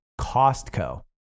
Costco